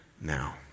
now